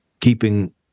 keeping